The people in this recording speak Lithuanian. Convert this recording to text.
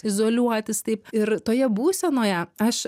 izoliuotis taip ir toje būsenoje aš